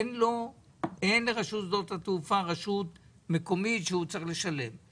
אין לה רשות מקומית שהיא צריכה לשלם לה.